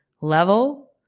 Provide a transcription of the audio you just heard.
level